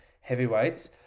heavyweights